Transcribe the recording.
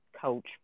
coach